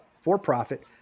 for-profit